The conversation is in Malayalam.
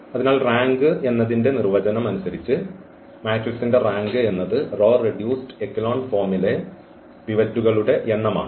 അതിനാൽ റാങ്ക് എന്നതിൻറെ നിർവചനം അനുസരിച്ച് മാട്രിക്സിന്റെ റാങ്ക് എന്നത് റോ റെഡ്യൂസ്ഡ് എക്കെലോൺ ഫോമിലെ പിവറ്റുകളുടെ എണ്ണമാണ്